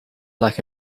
like